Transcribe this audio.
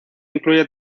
incluye